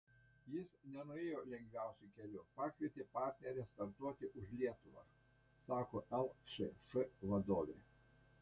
jis nenuėjo lengviausiu keliu pakvietė partnerę startuoti už lietuvą sako lčf vadovė